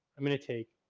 i'm gonna take